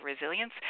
resilience